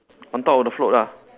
on top of the float lah